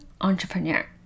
entrepreneur